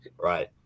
Right